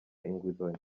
inguzanyo